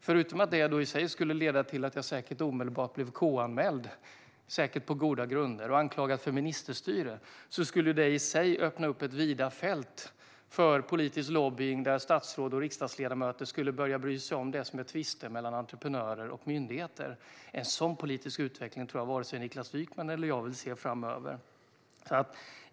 Förutom att detta i sig säkert skulle leda till att jag omedelbart, och på goda grunder, blev KU-anmäld och anklagad för ministerstyre skulle det även öppna upp ett vitt fält för politisk lobbying, där statsråd och riksdagsledamöter skulle börja bry sig om sådant som är tvister mellan entreprenörer och myndigheter. En sådan politisk utveckling tror jag att varken Niklas Wykman eller jag vill se framöver.